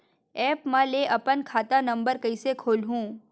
App म ले अपन खाता नम्बर कइसे खोलहु?